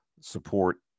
support